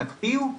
תקפיאו,